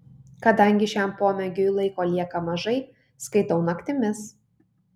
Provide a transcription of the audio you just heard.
kadangi šiam pomėgiui laiko lieka mažai skaitau naktimis